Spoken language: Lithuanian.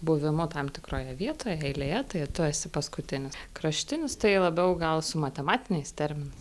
buvimu tam tikroje vietoje eilėje tai tu esi paskutinis kraštinis tai labiau gal su matematiniais terminais